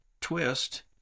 twist